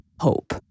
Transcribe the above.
hope